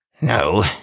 No